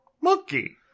monkey